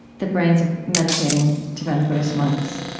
the brains of meditating tibetan buddhist monks,